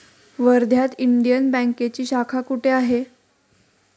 वर्ध्यात इंडियन बँकेची शाखा कुठे आहे?